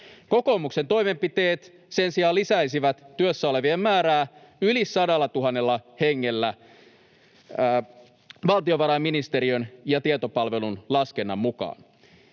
Kokoomuksen toimenpiteet sen sijaan lisäisivät työssä olevien määrää yli 100 000 hengellä valtiovarainministeriön ja tietopalvelun laskennan mukaan.